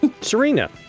Serena